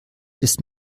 ist